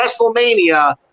WrestleMania